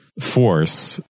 force